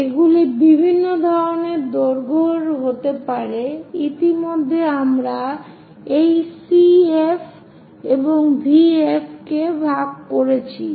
এগুলি বিভিন্ন ধরণের দৈর্ঘ্যের হতে পারে ইতিমধ্যে আমরা এই CV এবং VF কে ভাগ করেছি